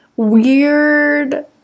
Weird